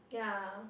yeah